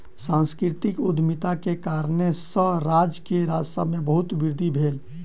सांस्कृतिक उद्यमिता के कारणेँ सॅ राज्य के राजस्व में बहुत वृद्धि भेल